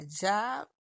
job